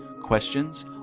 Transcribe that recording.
questions